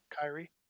Kyrie